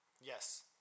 Yes